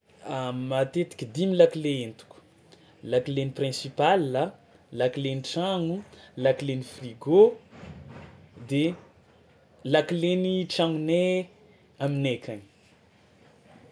A matetiky dimy lakile entiko: lakilen'ny principal, lakilen'ny tragno, lakilen'ny frigo de lakilen'ny tragnonay aminay akagny.